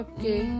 Okay